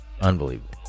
unbelievable